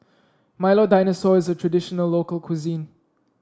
Milo Dinosaur is a traditional local cuisine